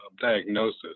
diagnosis